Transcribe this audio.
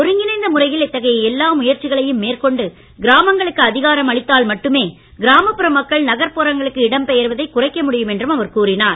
ஒருங்கிணைந்த முறையில் இத்தகைய எல்லா முயற்சிகளையும் மேற்கொண்டு கிராமங்களுக்கு அதிகாரம் அளித்தால் மட்டுமே கிராமப்புற மக்கள் நகர்ப்புறங்களுக்கு இடம் பெயர்வதைக் குறைக்க முடியும் என்றும் அவர் கூறினார்